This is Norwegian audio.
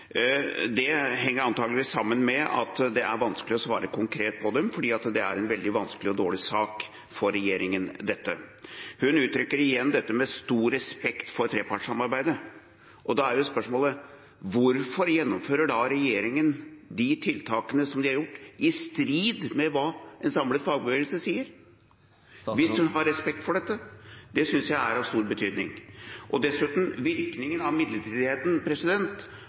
Det henger antakeligvis sammen med at det er vanskelig å svare konkret på dem, fordi dette er en veldig vanskelig og dårlig sak for regjeringen. Hun uttrykker igjen dette med stor respekt for trepartssamarbeidet. Da er spørsmålet: Hvorfor gjennomfører da regjeringen de tiltakene som de har gjort, i strid med hva en samlet fagbevegelse sier, hvis hun har respekt for dette? Det synes jeg er av stor betydning. Dessuten: Virkningen av midlertidigheten